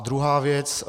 Druhá věc.